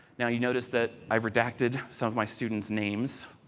now, you noticed that i have redacted some of my students' names,